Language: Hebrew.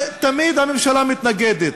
ותמיד הממשלה מתנגדת.